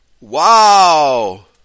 Wow